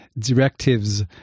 directives